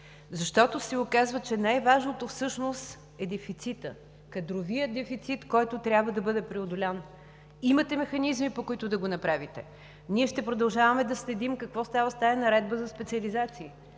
Защото се оказва, че най-важното всъщност е дефицитът – кадровият дефицит, който трябва да бъде преодолян. Имате механизми, по които да го направите. Ние ще продължаваме да следим какво става с тази наредба за специализациите.